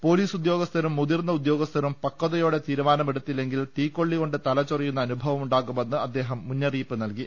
പൊലി സുദ്യോഗസ്ഥരും മുതിർന്ന ഉദ്യോഗസ്ഥരും പക്വതിയോടെ തീരുമാനമെടുത്തി ല്ലെങ്കിൽ തീക്കൊള്ളികൊണ്ട് തല ചൊറിയുന്ന അനുഭവം ഉണ്ടാകുമെന്ന് അ ദ്ദേഹം മുന്നറിയിപ്പ് നൽകി